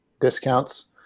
discounts